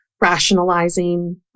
rationalizing